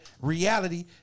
reality